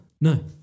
No